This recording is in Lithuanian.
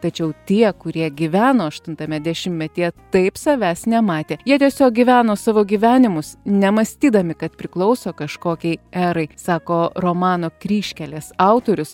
tačiau tie kurie gyveno aštuntame dešimtmetyje taip savęs nematė jie tiesiog gyveno savo gyvenimus nemąstydami kad priklauso kažkokiai erai sako romano kryžkelės autorius